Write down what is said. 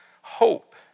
Hope